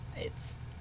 It's-